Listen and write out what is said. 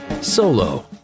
Solo